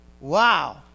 Wow